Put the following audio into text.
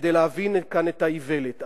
כדי להבין את האיוולת כאן.